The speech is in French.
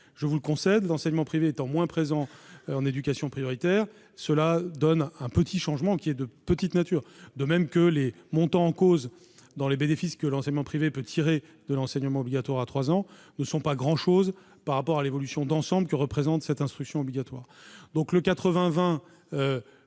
Je vous le concède : l'enseignement privé étant moins présent en éducation prioritaire, un petit changement, de faible nature, est à prévoir. De même, les montants en cause dans les bénéfices que l'enseignement privé peut tirer de l'instruction obligatoire à trois ans ne sont pas grand-chose par rapport à l'évolution d'ensemble que représente ladite instruction obligatoire. Le 80-20